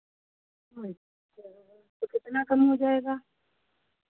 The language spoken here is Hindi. अच्छा तो कितना कम हो जाएगा